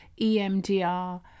EMDR